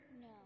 No